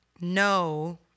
no